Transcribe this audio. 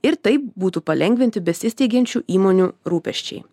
ir taip būtų palengvinti besisteigiančių įmonių rūpesčiai